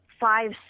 five